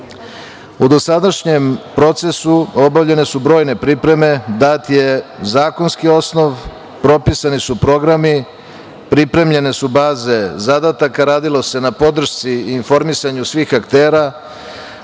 dosadašnjem procesu obavljene su brojne pripreme, dat je zakonski osnov, propisani su programi, pripremljene su baze zadataka, radilo se na podršci informisanju svih aktera,